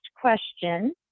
question